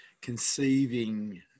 conceiving